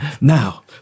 Now